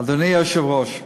אדוני היושב-ראש,